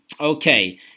Okay